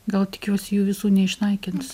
gal tikiuosi jų visų neišnaikins